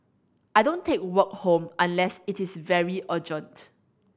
I don't take work home unless it is very urgent